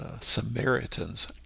Samaritans